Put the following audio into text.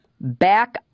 Back